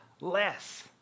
less